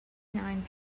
nine